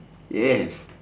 yes